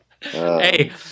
hey